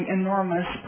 enormous